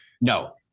No